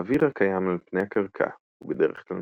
האוויר הקיים על פני הקרקע הוא בדרך כלל